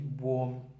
warm